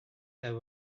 there